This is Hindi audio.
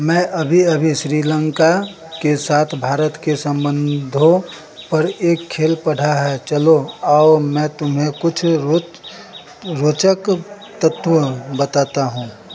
मैं अभी अभी श्रीलंका के साथ भारत के संबंधों पर एक खेल पढ़ा है चलो आओ मैं तुम्हें कुछ रोच रोचक तत्व बताता हूँ